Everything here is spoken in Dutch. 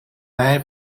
hij